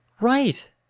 Right